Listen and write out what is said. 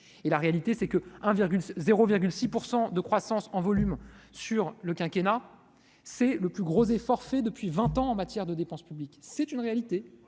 La réalité est que 0,6 % de croissance en volume sur le quinquennat représente le plus gros effort consenti depuis vingt ans en matière de dépenses publiques. C'est une réalité.